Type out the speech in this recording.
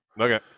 Okay